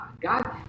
God